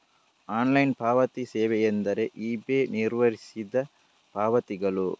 online ಪಾವತಿ ಸೇವೆಯೆಂದರೆ eBay ನಿರ್ವಹಿಸಿದ ಪಾವತಿಗಳು